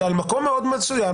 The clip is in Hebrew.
זה על מקום מאוד מסוים,